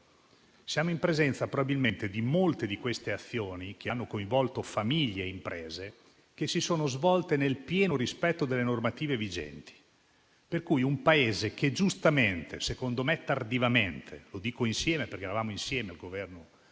liquidità e probabilmente molte di queste azioni, che hanno coinvolto famiglie e imprese, si sono svolte nel pieno rispetto delle normative vigenti. Pertanto, in un Paese in cui giustamente, secondo me tardivamente, insieme, e dico così perché eravamo insieme al Governo